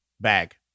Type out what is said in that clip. bag